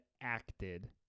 acted